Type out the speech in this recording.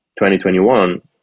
2021